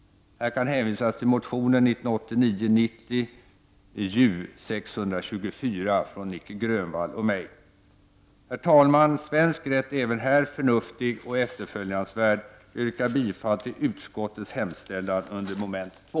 Här kan hänvisas till motionen 1989/90:Ju624 från Nic Grönvall och mig. Herr talman! Svensk rätt är även här förnuftig och efterföljansvärd. Jag yrkar bifall till utskottets hemställan under mom. 2.